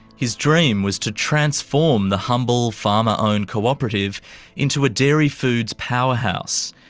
his dream was to transform the humble farmer-owned cooperative into a dairy foods powerhouse.